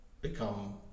become